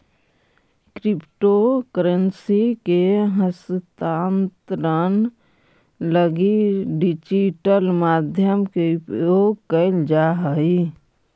crypto currency के हस्तांतरण लगी डिजिटल माध्यम के उपयोग कैल जा हइ